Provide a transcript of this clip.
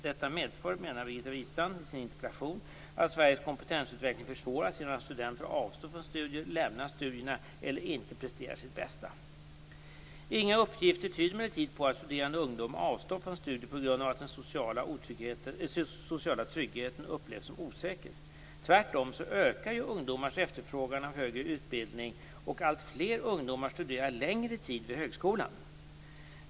Detta medför, menar Birgitta Wistrand i sin interpellation, att Sveriges kompetensutveckling försvåras genom att studenter avstår från studier, lämnar studierna eller inte presterar sitt bästa. Inga uppgifter tyder emellertid på att studerande ungdomar avstår från studier på grund av att den sociala tryggheten upplevs som osäker. Tvärtom ökar ungdomars efterfrågan av högre utbildning, och alltfler ungdomar studerar längre tid vid högskolan.